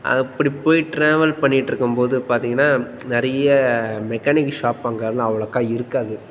அப்படி போய் ட்ராவல் பண்ணிகிட்ருக்கும் போது பார்த்தீங்கன்னா நிறைய மெக்கானிக் ஷாப் அங்கெல்லாம் அவ்வளோக்கா இருக்காது